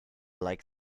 like